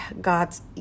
God's